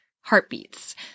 heartbeats